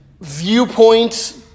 viewpoints